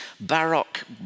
baroque